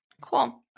Cool